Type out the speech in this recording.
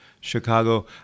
Chicago